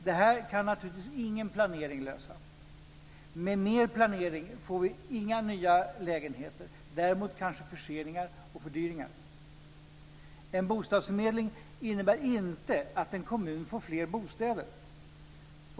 Det här kan naturligtvis ingen planering lösa. Med mer planering får vi inga nya lägenheter - däremot kanske förseningar och fördyringar. En bostadsförmedling innebär inte att en kommun får fler bostäder.